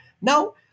now